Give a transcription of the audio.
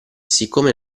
siccome